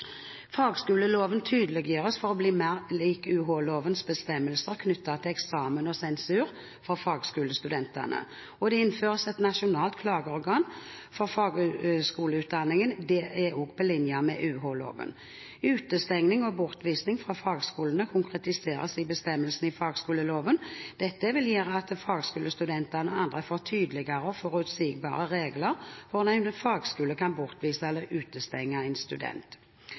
Fagskoleloven tydeliggjøres for å bli mer lik UH-lovens bestemmelser knyttet til eksamen og sensur for fagskolestudentene. Og det innføres et nasjonalt klageorgan for fagskoleutdanningen – det er også på linje med UH-loven. Utestengning og bortvisning fra fagskolene konkretiseres i bestemmelsene i fagskoleloven. Dette vil gjøre at fagskolestudentene og andre får tydeligere og forutsigbare regler for når en fagskole kan bortvise eller utestenge en student.